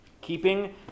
Keeping